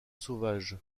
sauvage